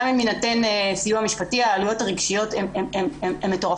גם אם יינתן סיוע משפטי העלויות הרגשיות הן מטורפות.